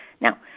Now